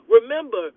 Remember